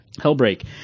Hellbreak